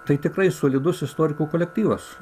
tai tikrai solidus istorikų kolektyvas